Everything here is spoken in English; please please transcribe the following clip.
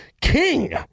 King